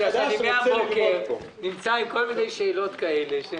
מהבוקר אני נמצא עם כל מיני שאלות כאלה.